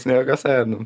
sniego senium